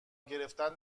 گرفتن